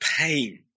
pain